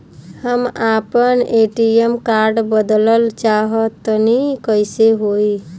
हम आपन ATM card बदलल चाह तनि कइसे होई?